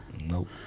Nope